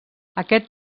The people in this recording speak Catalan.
aquest